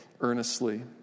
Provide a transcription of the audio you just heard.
earnestly